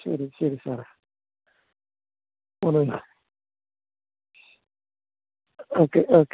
ശരി ശരി സാറേ പോവുന്നതിന്നാണ് ഓക്കെ ഓക്കെ